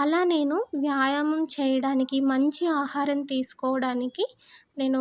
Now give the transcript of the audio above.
అలా నేను వ్యాయామం చేయడానికి మంచి ఆహారం తీసుకోవడానికి నేను